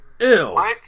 Ew